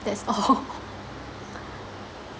that's all